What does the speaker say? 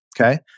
Okay